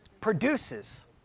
produces